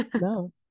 no